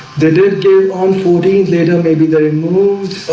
they did on footing later maybe the removes